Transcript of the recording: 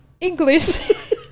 English